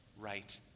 right